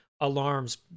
alarms